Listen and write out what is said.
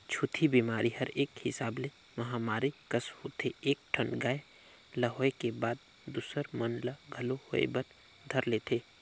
छूतही बेमारी हर एक हिसाब ले महामारी कस होथे एक ठन गाय ल होय के बाद दूसर मन ल घलोक होय बर धर लेथे